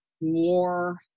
more